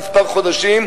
כמה חודשים,